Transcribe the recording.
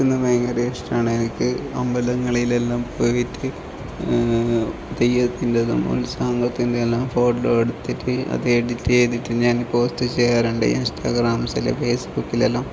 എടുക്കുന്നത് ഭയങ്കര ഇഷ്ടമാണ് എനിക്ക് അമ്പലങ്ങളിലെല്ലാം പോയിട്ട് തെയ്യത്തിൻ്റെ എല്ലാം ഉത്സവത്തിന്റെ എല്ലാം ഫോട്ടോ എടുത്തിട്ട് അത് എഡിറ്റ് ചെയ്തിട്ട് ഞാൻ പോസ്റ്റ് ചെയ്യാറുണ്ട് ഇൻസ്റ്റഗ്രാംസിൽ ഫേയ്സ്ബുക്കിലെല്ലാം